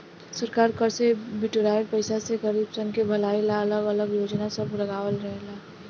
सरकार कर से बिटोराइल पईसा से गरीबसन के भलाई ला अलग अलग योजना सब लगावत रहेला